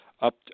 up